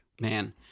Man